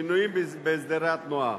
ושינויים בהסדרי התנועה.